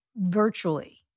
virtually